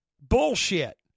Bullshit